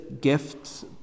gifts